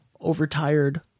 overtired